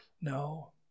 No